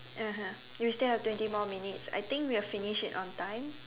(uh huh) you still have twenty more minutes I think we'll finish it on time